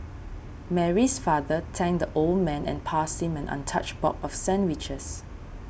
Mary's father thanked the old man and passed him an untouched box of sandwiches